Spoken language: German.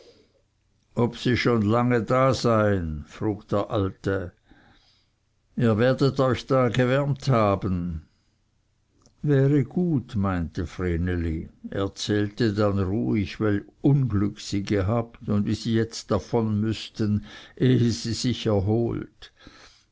ob sie schon lange da seien frug der alte ihr werdet euch da gewärmt haben wäre gut meinte vreneli erzählte dann ruhig welch unglück sie gehabt und wie sie jetzt davon müßten ehe sie sich erholt